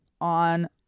on